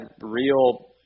real